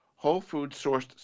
whole-food-sourced